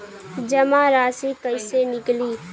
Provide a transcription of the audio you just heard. जमा राशि कइसे निकली?